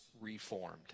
reformed